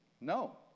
No